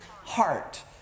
heart